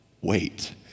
wait